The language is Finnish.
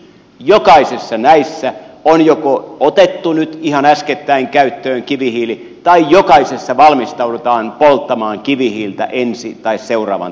jokaisessa näissä on joko otettu nyt ihan äskettäin käyttöön kivihiili tai valmistaudutaan polttamaan kivihiiltä seuraavan talven aikaan